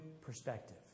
perspective